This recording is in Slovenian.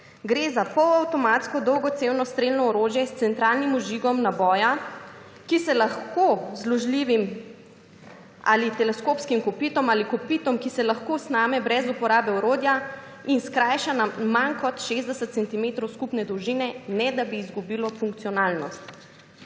Gre za polavtomatsko, dolgocevno strelno orožje s centralnim vžigom naboja, ki se lahko z zložljivim ali teleskopskim kopitom, ali kopitom, ki se lahko sname brez uporabe orodja, in skrajša na manj kot 60 cm skupne dolžine, ne da bi izgubilo funkcionalnost.